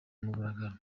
mugaragaro